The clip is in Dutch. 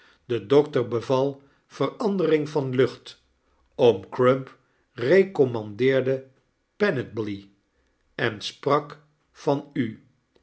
de dokter beval verandering van lucht oom crump recommandeerde penethly en sprak van u